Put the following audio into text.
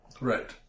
Right